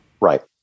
Right